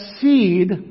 seed